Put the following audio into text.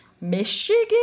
Michigan